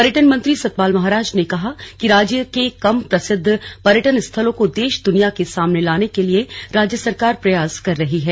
पर्यटन मंत्री सतपाल महाराज ने कहा कि राज्य के कम प्रसिद्ध पर्यटन स्थलों को देश दुनिया के सामने लाने के लिए राज्य सरकार प्रयास कर रही है